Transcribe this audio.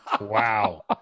wow